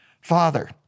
Father